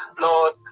lord